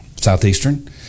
Southeastern